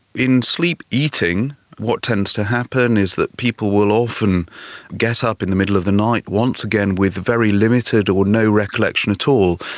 in sleep-eating what what tends to happen is that people will often get up in the middle of the night, once again with very limited or no recollection at all,